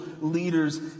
leaders